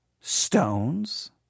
stones